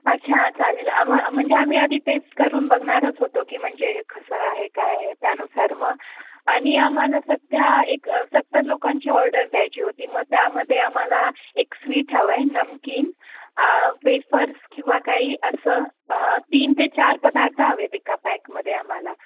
अच्छा चालेल आमा म्हणजे आम्ही आधी टेस्ट करून बघणारच होतो की म्हणजे कसं आहे काय आहे त्यानुसार मग आणि आम्हाला सध्या एक सत्तर लोकांची ऑर्डर द्यायची होती मग त्यामध्ये आम्हाला एक स्वीट हवं आहे नमकीन वेफर्स किंवा काही असं तीन ते चार पदार्थ हवेत पॅकमध्ये आम्हाला